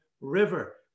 River